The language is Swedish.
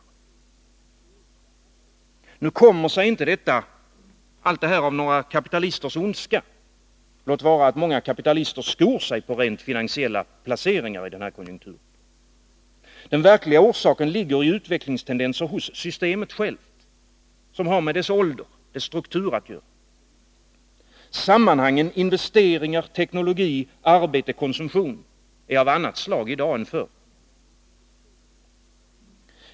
Allt detta kommer sig nu inte av några kapitalisters ondska — låt vara att många kapitalister skor sig på rent finansiella placeringar i denna konjunktur. Den verkliga orsaken ligger i utvecklingstendenser hos systemet självt som har med dess ålder och dess struktur att göra. Sammanhangen mellan investeringar, teknologi, arbete och konsumtion är av annat slag i dag än förr.